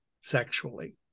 sexually